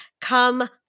Come